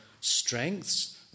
strengths